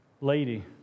lady